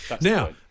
Now